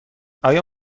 آیا